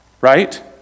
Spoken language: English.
right